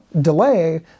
delay